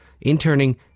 interning